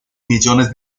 millones